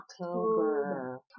October